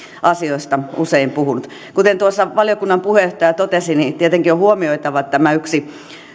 asioista usein puhuneet kuten tuossa valiokunnan puheenjohtaja totesi tietenkin on huomioitava tämä yksi